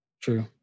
True